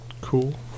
cool